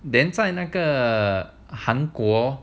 then 在那个韩国